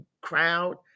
crowd